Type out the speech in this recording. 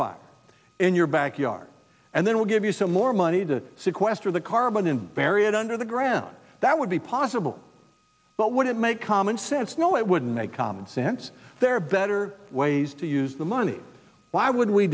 fire in your backyard and then we'll give you some more money to sequester the carbon and bury it under the ground that would be possible but would it make common sense no it wouldn't make common sense there are better ways to use the money why would we